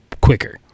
quicker